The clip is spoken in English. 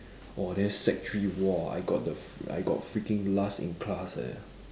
oh then sec three !wah! I got the f~ I got freaking last in class eh